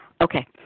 Okay